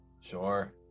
Sure